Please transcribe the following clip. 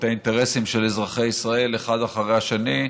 האינטרסים של אזרחי ישראל אחד אחרי השני.